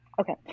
Okay